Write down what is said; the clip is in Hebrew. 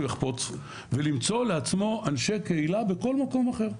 יחפוץ ולמצוא לעצמו אנשי קהילה בכל מקום אחר,